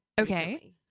Okay